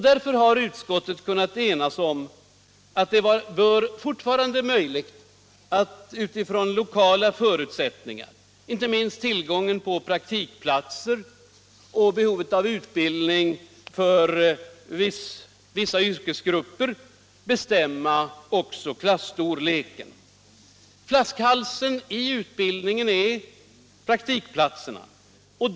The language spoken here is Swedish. Därför har utskottet kunnat enas om att det fortfarande bör vara möjligt att utifrån lokala förutsättningar, inte minst tillgången på praktikplatser och behovet av utbildning för vissa yrkesgrupper, bestämma också klasstorleken. Flaskhalsen i utbildningen är praktikplatserna.